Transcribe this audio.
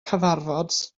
cyfarfod